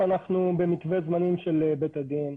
אנחנו במתווה זמנים של בית הדין,